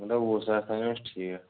مےٚ دوٚپ وُہ ساس تانۍ اوس ٹھیٖک